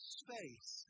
space